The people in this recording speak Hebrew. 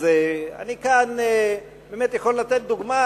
אז אני כאן יכול לתת דוגמה,